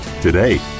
today